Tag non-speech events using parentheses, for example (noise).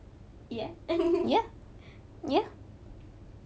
ya (laughs)